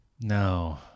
No